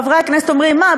חברי הכנסת אומרים: מה,